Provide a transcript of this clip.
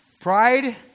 Pride